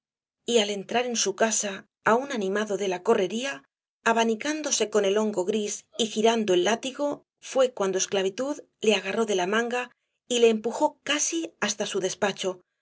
y al entrar en su casa aun animado de la correría abanicándose con el hongo gris y girando el látigo fué cuando esclavitud le agarró de la manga y le empujó casi hasta su despacho